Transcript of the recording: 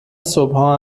صبحها